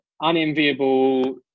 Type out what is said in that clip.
unenviable